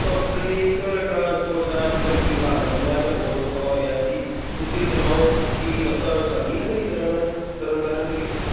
public transport ਦਾ ਅੱਜ ਕੱਲ੍ਹ ਕੀ ਹਾਲ ਹੈ ਮੈਂ ਤਾਂ ਬਹੁਤ ਔਖਾ ਹੋ ਰਿਹਾ ਹਾਂ ਜੀ ਤੁਸੀਂ ਸੁਣਾਓ ਕੀ ਬੱਸਾਂ ਚੱਲਦੀਆਂ ਸਹੀ ਤਰ੍ਹਾਂ ਨਾਲ ਤਰਨ ਤਾਰਨ ਦੇ ਵਿੱਚ